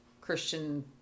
Christian